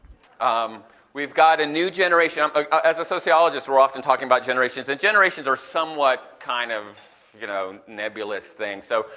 um we've got a new generation, um ah ah as a sociologist we're often talking about generations, and generations are somewhat kind of you know, nebulous things so,